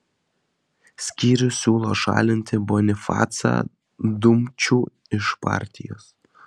skyrius siūlo šalinti bonifacą dumčių iš partijos